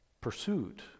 pursuit